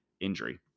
injury